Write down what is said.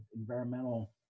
environmental